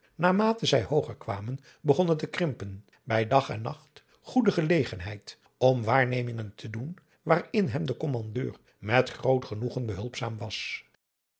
zij hooger kwamen begonnen te krimpen bij dag en nacht goede gelegenheid om waarnemingen te doen waarin hem de kommandeur met groot genoegen behulpzaam was